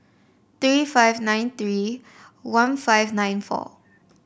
three five nine three one five nine four